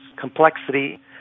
complexity